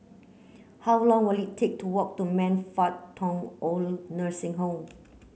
how long will it take to walk to Man Fut Tong OId Nursing Home